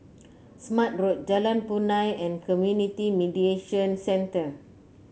Smart Road Jalan Punai and Community Mediation Center